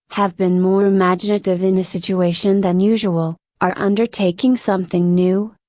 have been more imaginative in a situation than usual, are undertaking something new,